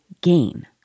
gain